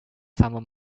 summer